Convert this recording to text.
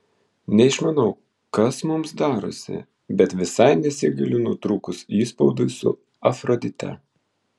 neišmanau kas mums darosi bet visai nesigailiu nutrūkus įspaudui su afrodite